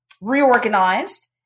reorganized